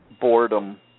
boredom